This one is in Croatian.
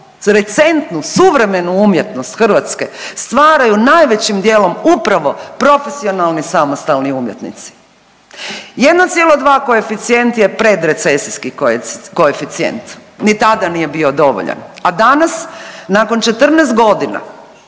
recentnu, suvremenu umjetnost hrvatske stvaraju najvećim dijelom upravo profesionalni samostalni umjetnici. 1,2 koeficijent je predrecesijski koeficijent, ni tada nije bio dovoljan, a danas nakon 14 godina